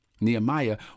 Nehemiah